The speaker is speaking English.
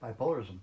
bipolarism